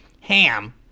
HAM